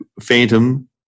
Phantom